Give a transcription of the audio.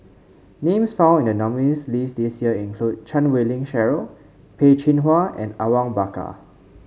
names found in the nominees' list this year include Chan Wei Ling Cheryl Peh Chin Hua and Awang Bakar